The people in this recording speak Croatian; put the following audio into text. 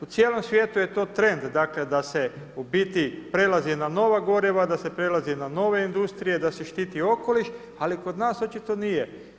U cijelom svijetu je to trend, dakle da se u biti prelazi na nova goriva, da se prelazi na nove industrije, da se štiti okoliš, ali kod nas očito nije.